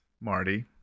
Marty